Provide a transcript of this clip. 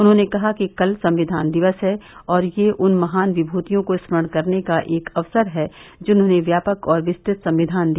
उन्होंने कहा कि कल संविधान दिवस है और यह उन महान विमूतियों को स्मरण करने का एक अवसर है जिन्होंने व्यापक और विस्तृत संविधान दिया